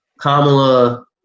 Kamala